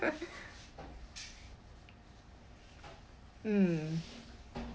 mm